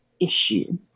issue